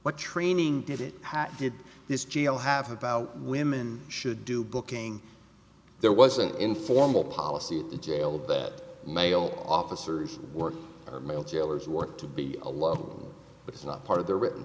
what training did it how did this jail have about women should do booking there was an informal policy at the jail that male officers were male jailers work to be alone but it's not part of their written